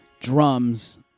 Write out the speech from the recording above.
drums